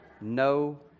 no